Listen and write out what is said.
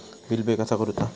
Bill pay कसा करुचा?